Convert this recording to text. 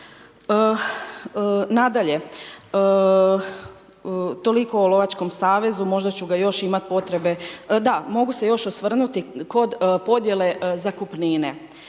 Nadalje, toliko o lovačkom savezu, možda ču ga još imati potrebe, da, mogu se još osvrnuti kod podjele zakupnine.